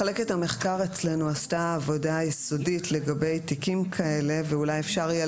מחלקת המחקר אצלנו עשתה עבודה יסודית לגבי תיקים כאלה ואולי אפשר יהיה